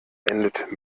endet